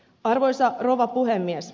arvoisa rouva puhemies